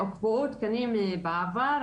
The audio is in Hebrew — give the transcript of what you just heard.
הופקעו תקנים בעבר.